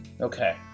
Okay